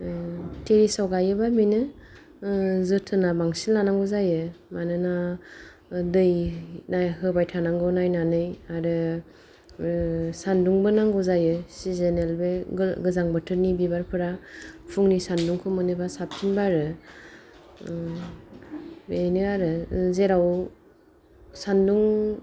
टेरिसाव गायोबा बेनो जोथोना बांसिन लानांगौ जायो मानोना दै नाय होबायथानांगौ नायनानै आरो सानदुंबो नांगौ जायो सिसोनेल बे गोजां बोथोरनि बिबारफोरा फुंनि सानदुंखौ मोनोबा साबसिन बारो बेनो आरो जेराव सानदुं